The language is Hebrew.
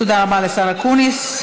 תודה רבה לשר אקוניס.